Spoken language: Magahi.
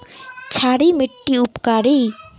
क्षारी मिट्टी उपकारी?